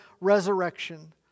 resurrection